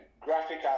graphic